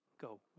go